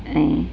ऐं